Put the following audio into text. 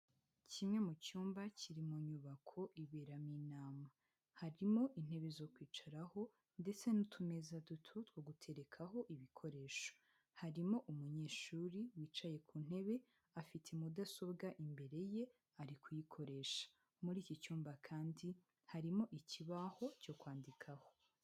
Kimwe mu cyumba kiri mu nyubako iberamo inama, harimo intebe zo kwicaraho ndetse n'utumeza duto two guterekaho ibikoresho, harimo umunyeshuri wicaye ku ntebe afite mudasobwa imbere ye ari kuyikoresha, muri iki cyumba kandi harimo ikibaho cyo kwandikaho.